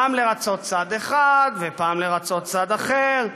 פעם לרצות צד אחד ופעם לרצות צד אחר: